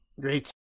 Great